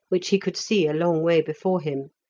which he could see a long way before him.